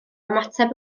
ymateb